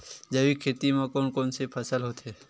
जैविक खेती म कोन कोन से फसल होथे?